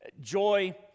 Joy